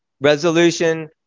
resolution